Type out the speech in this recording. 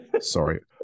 Sorry